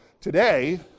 today